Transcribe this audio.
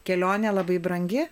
kelionė labai brangi